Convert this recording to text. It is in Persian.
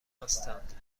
هستند